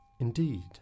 Indeed